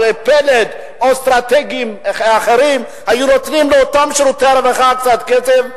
פלד או אסטרטגים אחרים והיו נותנים לאותם שירותי רווחה קצת כסף,